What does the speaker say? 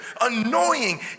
annoying